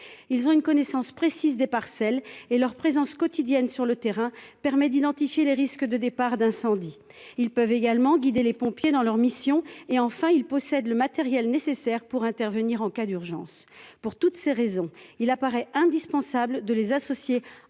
Ils ont une connaissance précise des parcelles et leur présence quotidienne sur le terrain permet d'identifier les risques de départs d'incendie. Ils peuvent également guidé les pompiers dans leur mission. Et enfin, il possède le matériel nécessaire pour intervenir en cas d'urgence. Pour toutes ces raisons, il apparaît indispensable de les associer